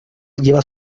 lleva